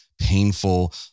painful